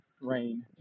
rain